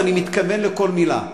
ואני מתכוון לכל מלה.